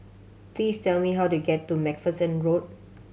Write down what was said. please tell me how to get to Macpherson Road